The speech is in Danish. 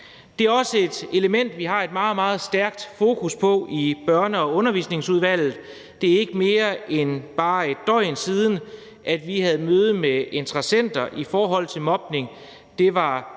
Det er også et element, vi har et meget, meget stærkt fokus på i Børne- og Undervisningsudvalget. Det er ikke mere end bare et døgn siden, at vi havde møde med interessenter i forhold til mobning.